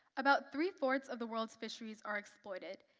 about three-fourths of the world's fisheries are exploited,